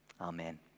Amen